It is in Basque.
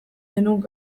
denok